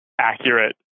accurate